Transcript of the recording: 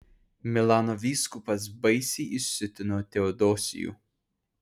milano vyskupas baisiai įsiutino teodosijų